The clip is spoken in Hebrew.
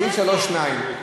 סעיף 3(2)